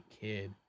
kid